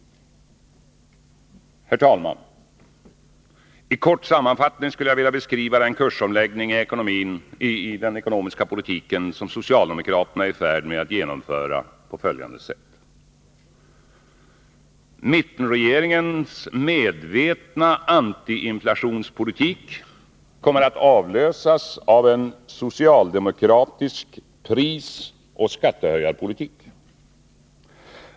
Herr talman! I kort sammanfattning skulle jag vilja beskriva den kursomläggning i den ekonomiska politiken som socialdemokraterna är i färd med att genomföra på följande sätt. Mittenregeringens medvetna anti-inflationspolitik kommer nu att avlösas av en socialdemokratisk prisoch skattehöjarpolitik.